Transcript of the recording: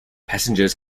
passengers